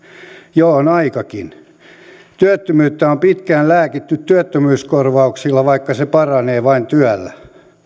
jo on aikakin työttömyyttä on pitkään lääkitty työttömyyskorvauksilla vaikka se paranee vain työllä